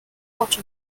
auto